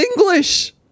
English